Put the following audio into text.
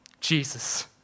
Jesus